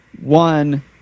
one